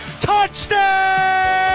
touchdown